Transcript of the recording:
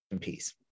piece